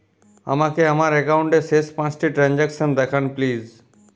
আমাকে আমার একাউন্টের শেষ পাঁচটি ট্রানজ্যাকসন দেখান প্লিজ